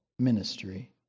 ministry